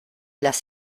las